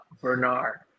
Bernard